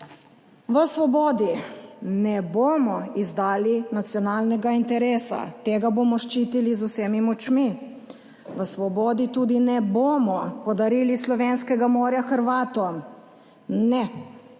V Svobodi ne bomo izdali nacionalnega interesa, tega bomo ščitili z vsemi močmi. V Svobodi tudi ne bomo podarili slovenskega morja Hrvatom. Ne!